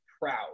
proud